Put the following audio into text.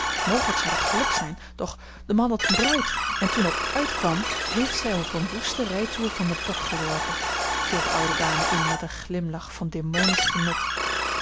mogelijk zou dat gelukt zijn doch de man had eene bruid en toen dat uitkwam heeft zij hem op een woesten rijtoer van den bok geworpen viel de oude dame in met een glimlach van demonisch genot